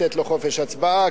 לתת לו חופש הצבעה,